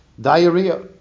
diarrhea